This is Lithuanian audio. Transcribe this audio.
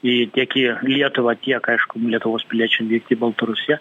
į tiek į lietuvą tiek aišku lietuvos piliečiam vykti į baltarusiją